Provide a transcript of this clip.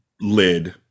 lid